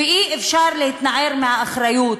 ואי-אפשר להתנער מהאחריות.